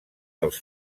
dels